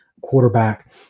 quarterback